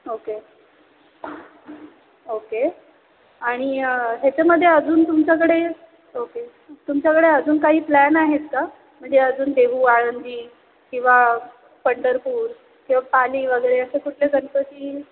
okay okay आणि ह्याच्यामध्ये अजून तुमच्याकडे ओके तुमच्याकडे अजून काही प्लॅन आहेत का म्हणजे अजून देहू आळंदी किंवा पंढरपूर किंवा पाली वगैरे असे कुठले गणपती